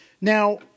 Now